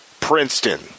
Princeton